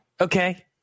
okay